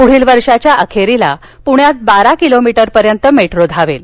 पुढील वर्षाच्या अखेरीस पुण्यात बारा किलोमीटरपर्यंत मेट्रो धावेल